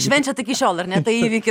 švenčiat iki šiol ar ne tą įvykį